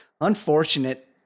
unfortunate